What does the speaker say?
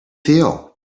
feel